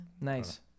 Nice